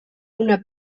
una